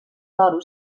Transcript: toro